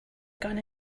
gun